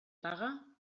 paga